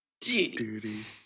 Duty